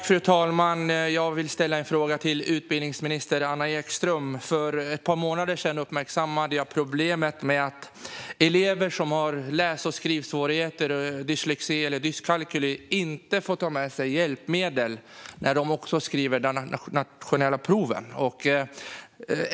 Fru talman! Jag vill ställa en fråga till utbildningsminister Anna Ekström. För ett par månader sedan uppmärksammade jag problemet med att elever som har läs och skrivsvårigheter, dyslexi eller dyskalkyli inte får ta med sig hjälpmedel när de skriver de nationella proven.